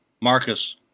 Marcus